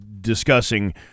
discussing